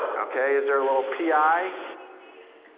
okay, is there a little p i